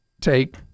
take